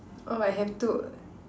oh I have two